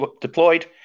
deployed